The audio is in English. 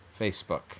Facebook